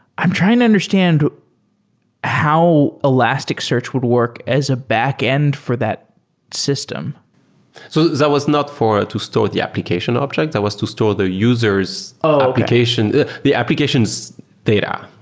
i'm trying to understand how elasticsearch would work as a backend for that system so that was not for to store the application object. that was to store the user s ah application the applications data.